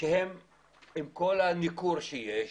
עם כל הניכור שיש,